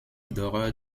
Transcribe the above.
d’horreur